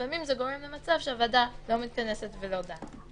לפעמים זה גורם למצב שהוועדה לא מתכנסת ולא דנה.